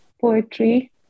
poetry